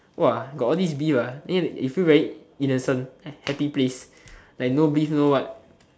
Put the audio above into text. !wah! got all this beef ah then you you feel very innocent happy place like no beef no what